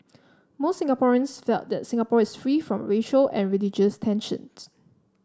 most Singaporeans felt that Singapore is free from racial and religious tensions